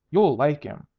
you'll like him.